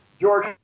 George